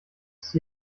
ist